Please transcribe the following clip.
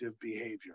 behavior